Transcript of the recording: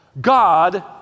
God